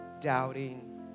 doubting